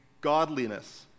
godliness